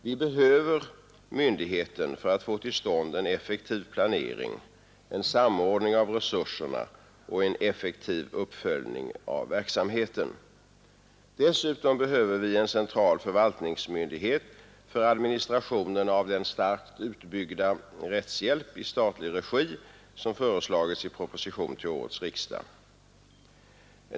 Vi behöver myndigheten för att få till stånd en effektiv planering, en samordning av resurserna och en effektiv uppföljning av verksamheten. Dessutom behöver vi en central förvaltningsmyndighet för administrationen av den starkt utbyggda rättshjälp i statlig regi som föreslagits i proposition till årets riksdag.